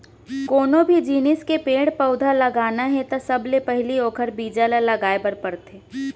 कोनो भी जिनिस के पेड़ पउधा लगाना हे त सबले पहिली ओखर बीजा लगाए बर परथे